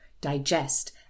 digest